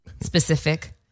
specific